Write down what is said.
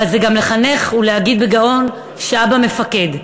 אבל זה גם לחנך ולהגיד בגאון שאבא מפקד.